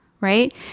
right